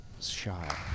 shy